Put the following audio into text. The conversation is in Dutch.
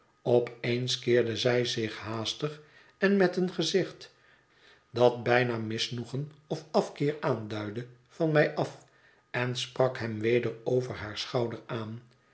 op eens keerde zij zich haastig en met een gezicht dat bijna misnoegen of afkeer aanduidde van mij af en sprak hem weder over haar schouder aan